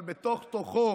אבל בתוך-תוכו